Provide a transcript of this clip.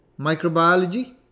Microbiology